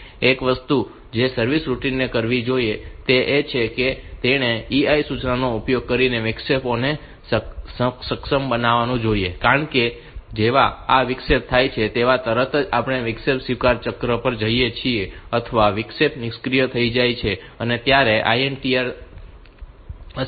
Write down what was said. એક વસ્તુ જે સર્વિસ રૂટિનએ કરવી જોઈએ તે એ છે કે તેણે EI સૂચનાનો ઉપયોગ કરીને વિક્ષેપોને સક્ષમ બનાવવા જોઈએ કારણ કે જેવા આ વિક્ષેપ થાય કે તેવા તરત જ આપણે વિક્ષેપ સ્વીકાર ચક્ર પર જઈએ છીએ અથવા વિક્ષેપ નિષ્ક્રિય થઈ જાય છે અને ત્યારે INTR અક્ષમ થઈ જાય છે